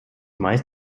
meist